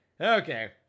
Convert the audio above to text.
Okay